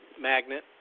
magnet